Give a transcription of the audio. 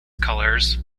colours